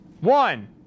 one